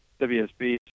WSB